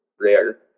rare